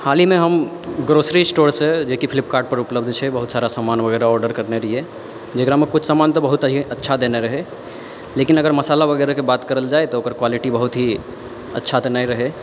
हाल ही मे हम ग्रोसरी स्टोर सँ जे कि फ्लिपकार्ट पर उपलब्ध छै बहुत सारा समान वगैरह ऑर्डर करने रहियै जेकरामे किछु समान तऽ बहुत अच्छा देने रहै लेकिन अगर मसाला वगैरह के बात करल जाए तऽ ओकर क्वालिटी बहुत ही अच्छा तऽ नहि रहै